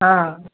हँ